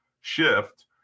shift